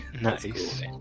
Nice